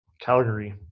Calgary